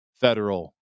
federal